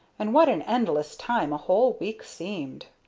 and what an endless time a whole week seemed!